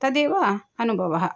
तदेव अनुभवः